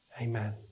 amen